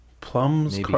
plums